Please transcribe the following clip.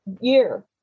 year